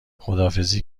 خداحافظی